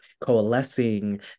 coalescing